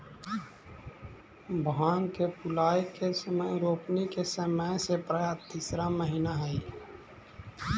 भांग के फूलाए के समय रोपनी के समय से प्रायः तीसरा महीना हई